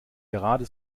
gerade